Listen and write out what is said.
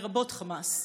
לרבות חמאס.